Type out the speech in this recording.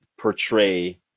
portray